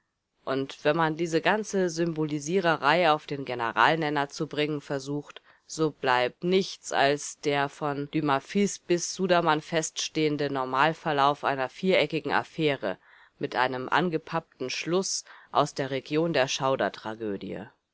und wenn man diese ganze symbolisiererei auf den generalnenner zu bringen versucht so bleibt nichts als der von dumas fils bis sudermann feststehende normalverlauf einer viereckigen affäre mit einem angepappten schluß aus der region der